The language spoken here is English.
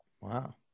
Wow